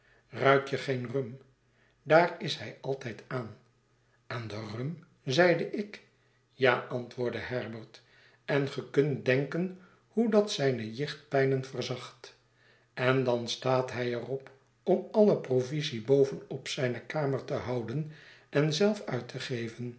ruik je geen rum daar is hij altijd aan aan de rum zeide ik ja antwoordde herbert en ge kunt denken hoe dat zijne jichtpijnen verzacht en dan staat hij er op om alle provisie boven op zijne kamer te houden en zelf uit te geven